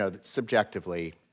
subjectively